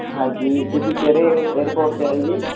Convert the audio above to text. ਹਾਂਜੀ ਤੁਸੀਂ ਕਿਹੜੇ ਏਅਰਪੋਰਟ 'ਤੇ ਆਏ ਜੀ